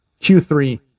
Q3